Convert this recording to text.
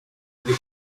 ndi